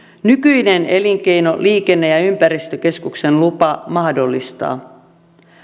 nykyinen elinkei no liikenne ja ja ympäristökeskuksen lupa mahdollistaa